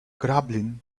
grumbling